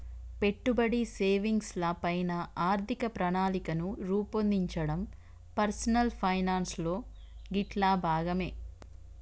పెట్టుబడి, సేవింగ్స్ ల పైన ఆర్థిక ప్రణాళికను రూపొందించడం పర్సనల్ ఫైనాన్స్ లో గిట్లా భాగమే